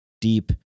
deep